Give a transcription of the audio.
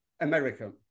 American